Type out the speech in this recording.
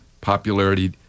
popularity